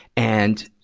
and,